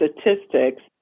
statistics